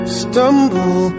stumble